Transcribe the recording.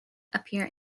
appear